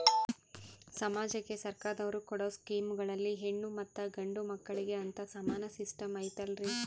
ಸಮಾಜಕ್ಕೆ ಸರ್ಕಾರದವರು ಕೊಡೊ ಸ್ಕೇಮುಗಳಲ್ಲಿ ಹೆಣ್ಣು ಮತ್ತಾ ಗಂಡು ಮಕ್ಕಳಿಗೆ ಅಂತಾ ಸಮಾನ ಸಿಸ್ಟಮ್ ಐತಲ್ರಿ?